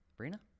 Brina